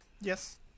yes